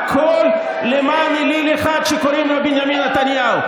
הכול למען אליל אחד שקוראים לו בנימין נתניהו.